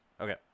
Okay